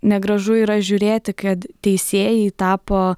negražu yra žiūrėti kad teisėjai tapo